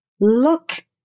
look